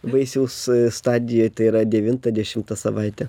vaisiaus stadijoj tai yra devintą dešimtą savaitę